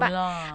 no lah